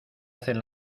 hacen